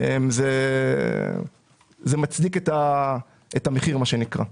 זה מצדיק את המחיר, מה שנקרא.